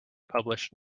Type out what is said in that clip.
published